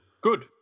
Good